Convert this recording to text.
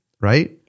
Right